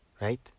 right